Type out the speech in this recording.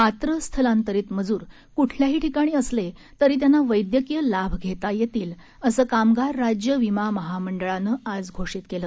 पात्र स्थलांतरित मजूर क्ठल्याही ठिकाणी असले तरी त्यांना वैद्यकीय लाभ घेता येतील असं कामगार राज्य विमा महामंडळानं आज घोषित केलं